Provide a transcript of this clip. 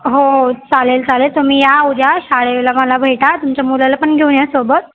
हो चालेल चालेल तुम्ही या उद्या शाळेला मला भेटा तुमच्या मुलाला पण घेऊन या सोबत